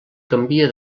canvia